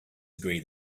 degree